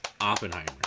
Oppenheimer